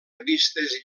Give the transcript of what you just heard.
revistes